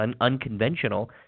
unconventional